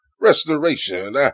restoration